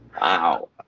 Wow